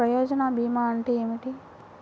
ప్రయోజన భీమా అంటే ఏమిటి?